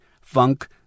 funk